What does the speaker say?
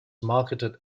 marketed